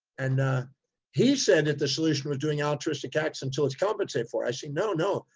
and he said that the solution was doing altruistic acts until it's compensated for, i say, no, no.